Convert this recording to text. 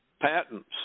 patents